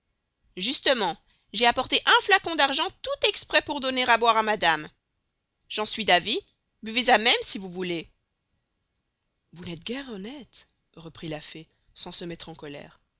justement j'ai apporté un flacon d'argent tout exprés pour donner à boire à madame j'en suis d'avis beuvez à même si vous voulez vous n'estes guere honneste reprit la fée sans se mettre en colere